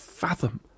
fathom